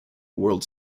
world